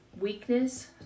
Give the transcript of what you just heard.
weakness